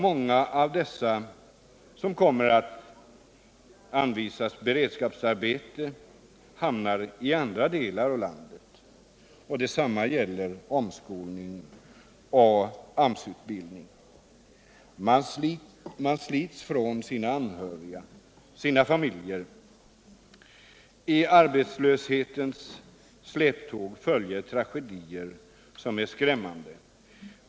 Många kommer att anvisas beredskapsarbete i hamnar i andra delar av landet. Detsamma kan gälla omskolning och AMS-utbildning. Man slits från sina anhöriga, sina familjer. I arbetslöshetens släptåg följer tragedier som är skrämmande.